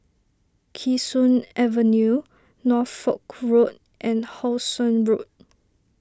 Kee Sun Avenue Norfolk Road and How Sun Road